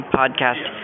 podcast